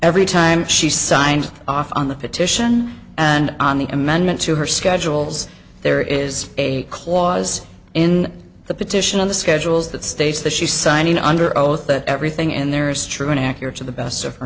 every time she signed off on the petition and on the amendment to her schedules there is a clause in the petition of the schedules that states that she's signing under oath that everything in there is true and accurate to the best